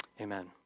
Amen